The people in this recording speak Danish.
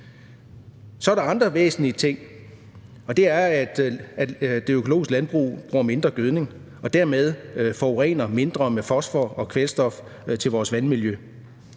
Så er der andre væsentlige ting: Det økologiske landbrug bruger mindre gødning og forurener dermed mindre med fosfor og kvælstof i vores vandmiljø.